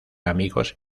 amigos